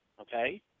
Okay